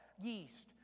yeast